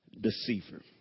Deceiver